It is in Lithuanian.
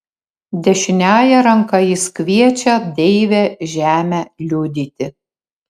dešiniąja ranka jis kviečia deivę žemę liudyti